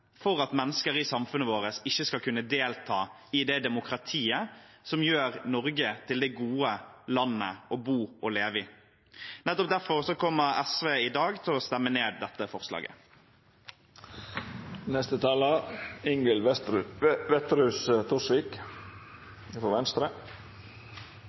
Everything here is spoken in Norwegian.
for at mennesker i samfunnet vårt ikke skal kunne delta i det demokratiet som gjør Norge til det gode landet å bo og leve i. Nettopp derfor kommer SV i dag til å stemme ned dette forslaget.